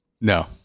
No